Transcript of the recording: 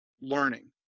learning